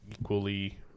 equally